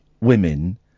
women